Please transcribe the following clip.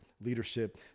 leadership